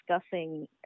discussing